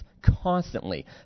constantly